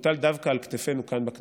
מוטל דווקא על כתפינו כאן, בכנסת.